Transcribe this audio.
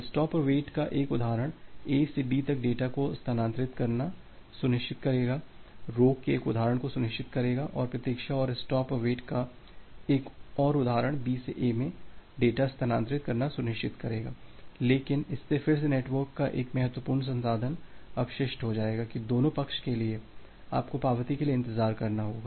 stop और wait का एक उदाहरण A से B तक डेटा को स्थानांतरित करना सुनिश्चित करेगा रोक के एक उदाहरण को सुनिश्चित करेगा और प्रतीक्षा और स्टॉप और वेट का एक और उदाहरण B से A में डेटा स्थानांतरित करना सुनिश्चित करेगा लेकिन इससे फिर से नेटवर्क का एक महत्वपूर्ण संसाधन अपशिष्ट हो जाएगा कि दोनों पक्ष के लिए आपको पावती के लिए इंतजार करना होगा